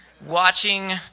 watching